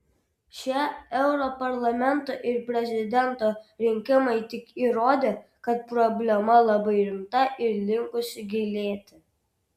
šie europarlamento ir prezidento rinkimai tik įrodė kad problema labai rimta ir linkusi gilėti